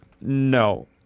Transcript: No